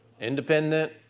independent